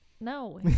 No